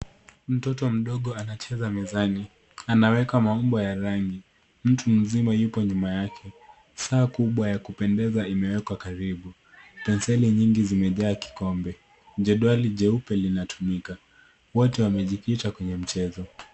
Mtoto mdogo anacheza mezani. Anaweka maumbo ya rangi. Mtu mzima yupo nyuma yake. Saa kubwa ya kupendeza imewekwa karibu. Penseli nyingi zimejaa kikombe. Jedwali jeupe linatumika. Wote wamejikita kwenye mchezo.